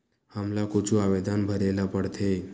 हमला कुछु आवेदन भरेला पढ़थे?